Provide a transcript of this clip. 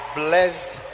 blessed